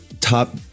top